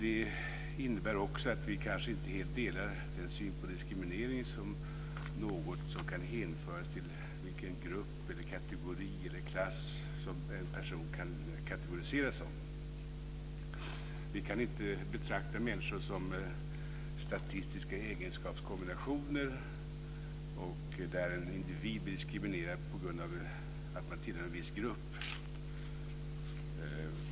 Det innebär också att vi inte helt delar den syn på diskriminering som något som kan hänföras till vilken grupp, kategori eller klass som en person kan anses tillhöra. Vi kan inte betrakta människor som statistiska egenskapskombinationer, där en individ blir diskriminerad på grund av att han eller hon tillhör en viss grupp.